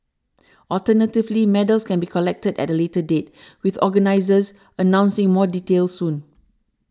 alternatively medals can be collected at a later date with organisers announcing more details soon